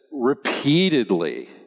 repeatedly